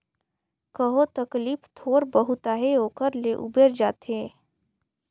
कहो तकलीफ थोर बहुत अहे ओकर ले उबेर जाथे